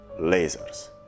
lasers